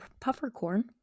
puffercorn